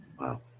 Wow